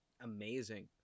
amazing